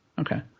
Okay